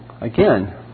again